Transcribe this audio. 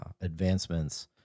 advancements